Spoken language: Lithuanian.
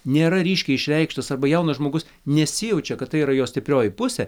nėra ryškiai išreikštas arba jaunas žmogus nesijaučia kad tai yra jo stiprioji pusė